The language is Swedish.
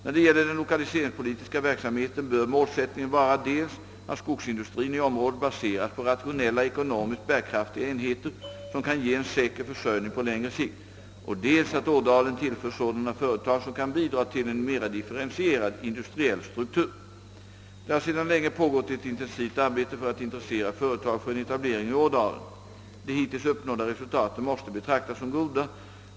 När det gäller den lokaliseringspolitiska verksamheten bör målsättningen vara dels att skogsindustrin i området baseras på rationella, ekonomiskt bärkraftiga enheter, som kan ge en säker försörjning på längre sikt, dels att Ådalen tillförs sådana företag, som kan bidra till en mera differentierad industriell struktur. Det har sedan länge pågått ett intensivt arbete för att intressera företag för en etablering i Ådalen. De hittills uppnådda resultaten måste betraktas som goda.